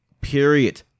period